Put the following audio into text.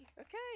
okay